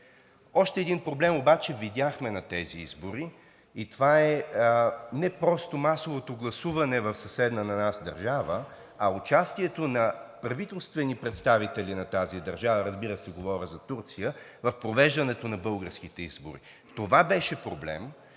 Още един проблем обаче видяхме на тези избори и това е не просто масовото гласуване в съседна на нас държава, а участието на правителствени представители на тази държава – разбира се, говоря за Турция, в провеждането на българските избори. Това беше проблем!